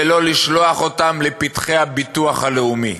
ולא לשלוח אותם לפתחי הביטוח הלאומי.